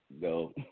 go